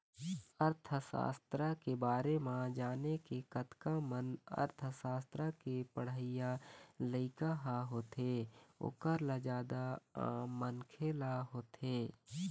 अर्थसास्त्र के बारे म जाने के जतका मन अर्थशास्त्र के पढ़इया लइका ल होथे ओखर ल जादा आम मनखे ल होथे